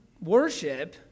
worship